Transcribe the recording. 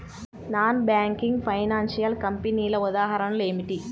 Non banking financial కంపెనీల ఉదాహరణలు ఏమిటి?